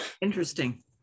interesting